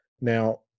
Now